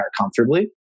comfortably